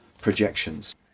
projections